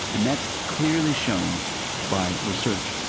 and that's clearly shown by research.